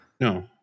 no